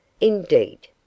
Indeed